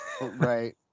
Right